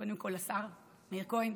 קודם כול לשר מאיר כהן,